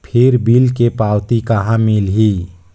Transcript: फिर बिल के पावती कहा मिलही?